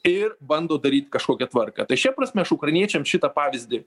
ir bando daryt kažkokią tvarką tai šia prasme aš ukrainiečiams šitą pavyzdį